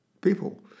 people